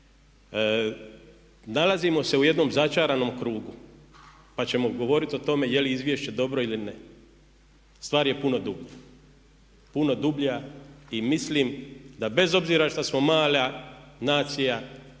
nalazimo se u jednom začaranom krugu, pa ćemo govoriti o tome je li izvješće dobro ili ne. Stvar je puno dublja, puno dublja. I mislim da bez obzira što smo mala nacija,